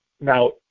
Now